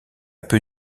peu